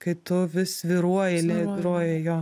kai tu vis svyruoji lyruoji jo